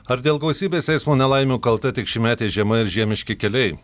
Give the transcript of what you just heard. ar dėl gausybės eismo nelaimių kalta tik šiųmetė žiema ir žiemiški keliai